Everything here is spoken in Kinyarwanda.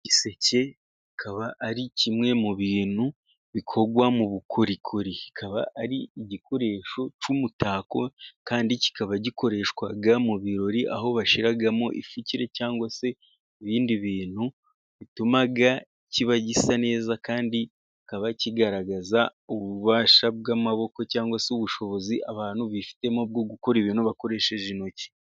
Igiseke kikaba ari kimwe mu bintu bikorwa mu bukorikori, kikaba ari igikoresho cy'umutako kandi kikaba gikoreshwa mu birori, aho bashyiramo ifukire cyangwa se ibindi bintu, bituma kiba gisa neza kandi kikaba kigaragaza ububasha bw'amaboko, cyangwa se ubushobozi abantu bifitemo bwo gukora ibintu bakoresheje intoki.